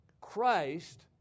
Christ